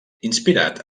inspirat